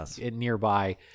nearby